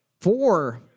four